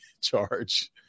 charge